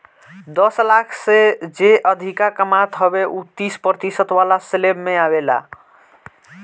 दस लाख से जे अधिका कमात हवे उ तीस प्रतिशत वाला स्लेब में आवेला